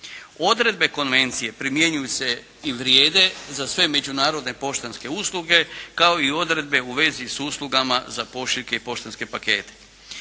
Odredbe konvencije primjenjuju se i vrijede za sve međunarodne poštanske usluge, kao i odredbe u vezi s uslugama za pošiljke i poštanske pakete.